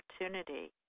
opportunity